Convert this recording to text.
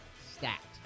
stacked